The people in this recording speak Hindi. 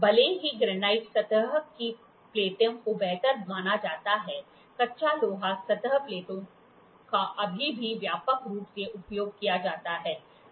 भले ही ग्रेनाइट सतह की प्लेटों को बेहतर माना जाता है कच्चा लोहा सतह प्लेटों का अभी भी व्यापक रूप से उपयोग किया जाता है